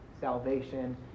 salvation